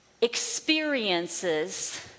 experiences